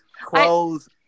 clothes